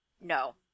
No